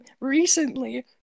recently